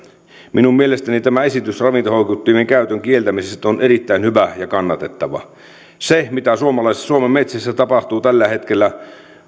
minun mielestäni tämä esitys ravintohoukuttimien käytön kieltämisestä on erittäin hyvä ja kannatettava se mitä suomen metsissä tapahtuu tällä hetkellä